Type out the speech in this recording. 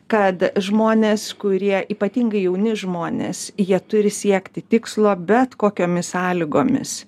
kad žmonės kurie ypatingai jauni žmonės jie turi siekti tikslo bet kokiomis sąlygomis